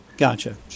Gotcha